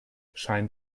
scheint